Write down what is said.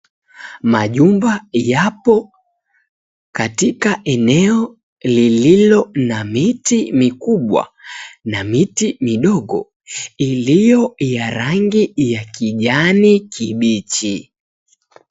Majumba yapo katika eneo lililo na miti mikubwa na miti midogo ilio ya rangi ya kijani kibichi.